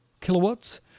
kilowatts